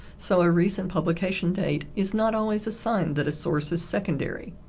so a recent publication date is not always a sign that a source is secondary.